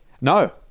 No